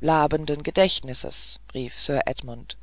labenden gedächtnisses rief edmund